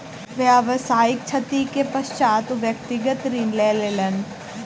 व्यावसायिक क्षति के पश्चात ओ व्यक्तिगत ऋण लय लेलैन